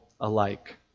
alike